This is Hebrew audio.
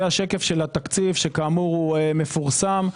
של התקציב, שמפורסם.